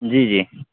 جی جی